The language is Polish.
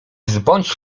zbądź